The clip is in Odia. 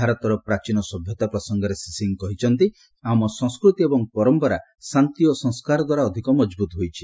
ଭାରତର ପ୍ରାଚୀନ ସଭ୍ୟତା ପ୍ରସଙ୍ଗରେ ଶ୍ରୀ ସିଂହ କହିଛନ୍ତି ଆମ ସଂସ୍କୃତି ଏବଂ ପରମ୍ପରା ଶାନ୍ତି ଓ ସଂସ୍କାରଦ୍ୱାରା ଅଧିକ ମଜବୁତ୍ ହୋଇଛି